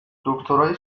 دکترای